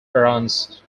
runs